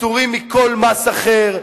פטורים מכל מס אחר,